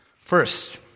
First